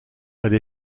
elle